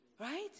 right